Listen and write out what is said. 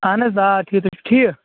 اہن حظ آ ٹھیٖک تُہۍ چھُو ٹھیٖک